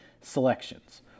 selections